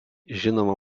žinoma